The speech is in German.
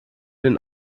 den